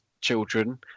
children